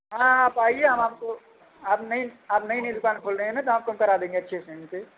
हाँ आप आइए हम आपको आप नयी आप नयी नयी दुकान खोल रहे हैं ना दाम कम करा देंगे अच्छे से उन से